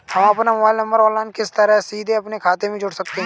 हम अपना mobile number online किस तरह सीधे अपने खाते में जोड़ सकते हैं?